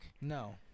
No